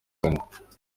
kane